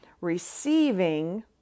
receiving